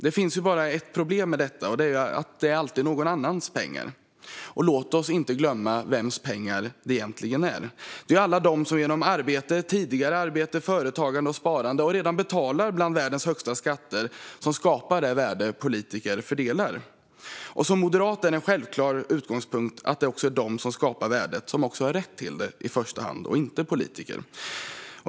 Det finns bara ett problem med detta, och det är att det alltid är någon annans pengar. Låt oss inte glömma vems pengar det är. Det är alla som genom arbete, tidigare arbete, företagande och sparande och som redan betalar bland världens högsta skatter som skapar det värde som politiker fördelar. Som moderat är det en självklar utgångspunkt att det är de som skapar värdet som också har rätt till det i första hand och inte politiker.